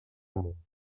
μου